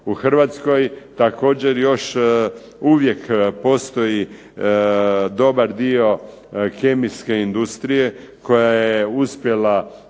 U Hrvatskoj također još uvijek postoji dobar dio kemijske industrije koja je uspjela